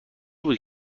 بود